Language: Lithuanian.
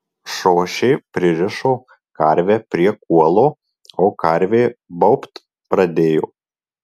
šošė pririšo karvę prie kuolo o karvė baubt pradėjo